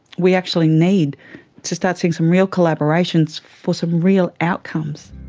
we actually need to start seeing some real collaborations for some real outcomes.